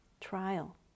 trial